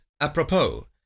apropos